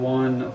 one